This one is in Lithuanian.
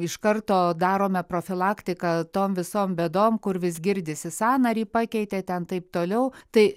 iš karto darome profilaktiką tom visom bėdom kur vis girdisi sąnarį pakeitė ten taip toliau tai